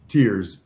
Tears